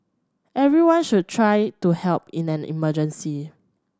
everyone should try to help in an emergency